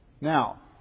Now